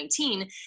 2019